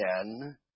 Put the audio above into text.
again